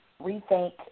rethink